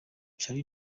charly